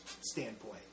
standpoint